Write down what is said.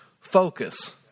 focus